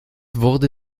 wurde